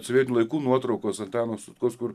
sovietų laikų nuotraukos antano sutkaus kur